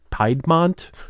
piedmont